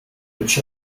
which